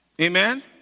amen